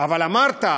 אבל אמרת,